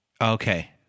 Okay